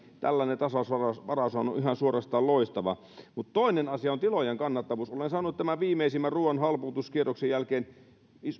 tällainen tasausvaraus on ihan suorastaan loistava mutta toinen asia on tilojen kannattavuus olen saanut tämän viimeisimmän ruoan halpuutuskierroksen jälkeen